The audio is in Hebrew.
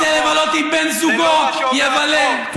ירצה לבלות עם בן זוגו, יבלה.